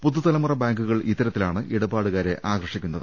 പുതുതലമുറ ബാങ്കുകൾ ഇത്ത രത്തിലാണ് ഇടപാടുകാരെ ആകർഷിക്കുന്നത്